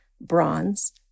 bronze